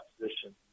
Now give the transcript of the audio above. position